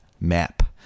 map